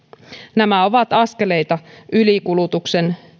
nämä ovat askeleita ylikulutuksen